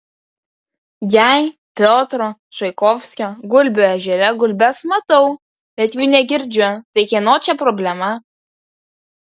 jei piotro čaikovskio gulbių ežere gulbes matau bet jų negirdžiu tai kieno čia problema